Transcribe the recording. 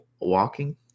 walking